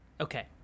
Okay